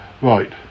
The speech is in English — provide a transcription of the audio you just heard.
right